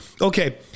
okay